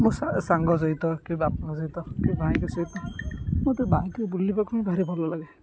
ମୋ ସାଙ୍ଗ ସହିତ କି ବାପଙ୍କ ସହିତ କି ଭାଇଙ୍କ ସହିତ ମୋତେ ବାଇକ୍ରେ ବୁଲିବାକୁ ହିଁ ଭାରି ଭଲ ଲାଗେ